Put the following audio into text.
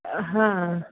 हां